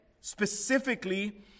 Specifically